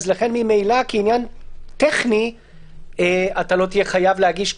לכן ממילא כעניין טכני אתה לא תהיה חייב להגיש.